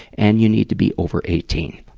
and you need to be over eighteen.